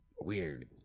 weird